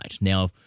Now